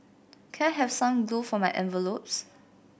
can I have some glue for my envelopes